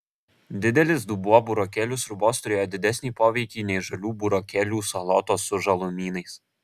didelis dubuo burokėlių sriubos turėjo didesnį poveikį nei žalių burokėlių salotos su žalumynais